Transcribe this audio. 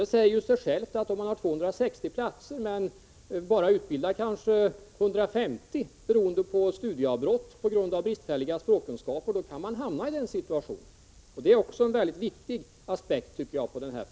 Det säger sig ju självt att om det finns 260 utbildningsplatser och kanske bara 150 studenter utbildas — beroende på studieavbrott, som i sin tur beror på bristfälliga språkkunskaper — kan man hamna i nämnda situation. Det är en väldigt viktig aspekt i detta sammanhang.